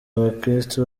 abakristo